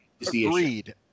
agreed